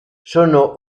sono